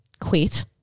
quit